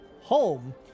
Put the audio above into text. home